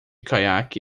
caiaque